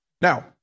Now